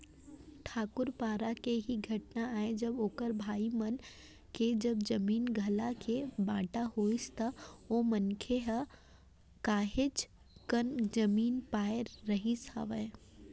ठाकूर पारा के ही घटना आय जब ओखर भाई मन के जब जमीन जघा के बाँटा होइस त ओ मनसे ह काहेच कन जमीन पाय रहिस हावय